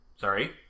Sorry